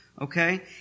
Okay